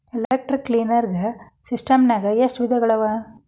Electronic clearing ಸಿಸ್ಟಮ್ನಾಗ ಎಷ್ಟ ವಿಧಗಳವ?